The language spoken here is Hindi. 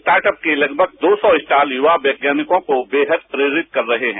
स्टार्टअप के लगभग दो सौ स्टॉल युवा वैज्ञानिकों को बेहतर प्रेरित कर रहे हैं